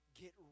get